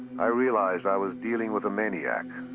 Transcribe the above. i realized i was dealing with a maniac.